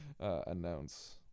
announce